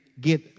get